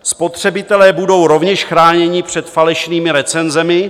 Spotřebitelé budou rovněž chráněni před falešnými recenzemi.